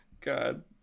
god